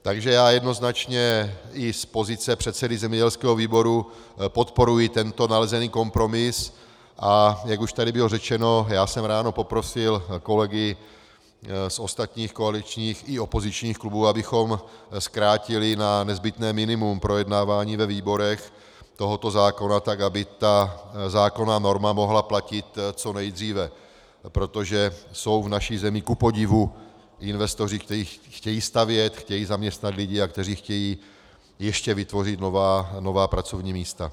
Takže já jednoznačně i z pozice předsedy zemědělského výboru podporuji tento nalezený kompromis, a jak už tady bylo řečeno, já jsem ráno poprosil kolegy z ostatních koaličních i opozičních klubů, abychom zkrátili na nezbytné minimum projednávání tohoto zákona ve výborech, tak aby ta zákonná norma mohla platit co nejdříve, protože jsou v naší zemi kupodivu investoři, kteří chtějí stavět, chtějí zaměstnat lidi a kteří chtějí ještě vytvořit nová pracovní místa.